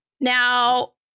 Now